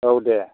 औ दे